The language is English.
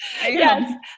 Yes